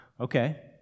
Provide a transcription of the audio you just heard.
Okay